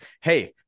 Hey